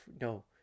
no